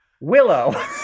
Willow